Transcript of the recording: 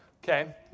Okay